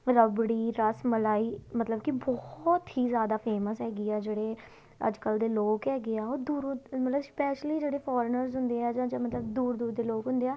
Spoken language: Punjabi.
ਰੱਬੜੀ ਰਸ ਮਲਾਈ ਮਤਲਬ ਕਿ ਬਹੁਤ ਹੀ ਜ਼ਿਆਦਾ ਫੇਮਸ ਹੈਗੀ ਆ ਜਿਹੜੇ ਅੱਜ ਕੱਲ੍ਹ ਦੇ ਲੋਕ ਹੈਗੇ ਆ ਉਹ ਦੂਰੋਂ ਮਤਲਵ ਸਪੈਸ਼ਲੀ ਜਿਹੜੇ ਫੋਰਨਰਸ ਹੁੰਦੇ ਆ ਜਾਂ ਜਾਂ ਮਤਲਬ ਦੂਰ ਦੂਰ ਦੇ ਲੋਕ ਹੁੰਦੇ ਆ